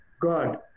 God